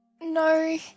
No